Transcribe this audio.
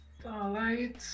Starlight